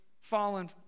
fallen